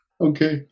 okay